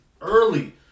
early